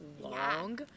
long